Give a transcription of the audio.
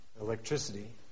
electricity